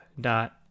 dot